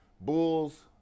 Bulls